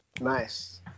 Nice